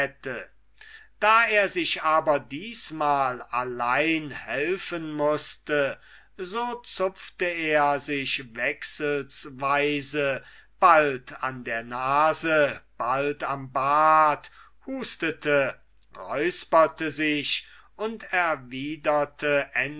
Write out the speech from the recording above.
da er sich aber diesmal allein helfen mußte so zupfte er sich wechselsweise bald an der nase bald am bart hustete räusperte sich und erwiderte